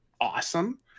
awesome